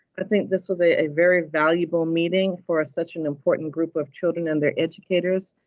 i think this was a very valuable meeting for such an important group of children and their educators.